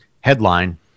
Headline